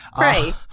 Right